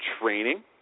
training